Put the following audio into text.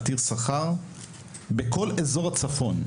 עתיר שכר בכל אזור הצפון,